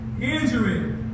injury